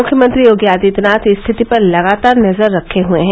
मुख्यमंत्री योगी आदित्यनाथ स्थिति पर लगातार नजर रखे हए हैं